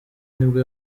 nibwo